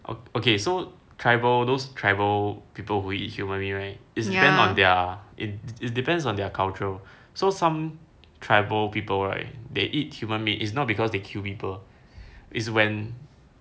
oh okay so tribal those tribal people who eat human meat right it's depend on their it depends on their culture so some tribal people right they eat human me it's not because they kill people it's when